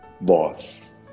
boss